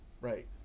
right